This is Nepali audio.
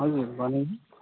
हजुर भन्नु त